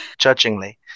Judgingly